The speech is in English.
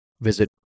visit